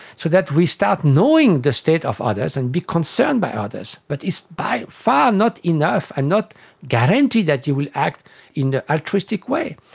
so that we start knowing the state of others and be concerned by others, but it's by far not enough and not guaranteed that you will act in the altruistic way.